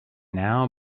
now